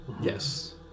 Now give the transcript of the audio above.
Yes